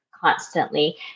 constantly